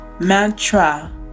mantra